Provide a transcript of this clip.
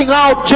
out